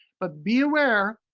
but be aware,